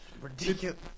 Ridiculous